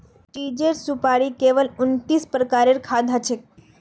चीड़ेर सुपाड़ी केवल उन्नतीस प्रजातिर खाद्य हछेक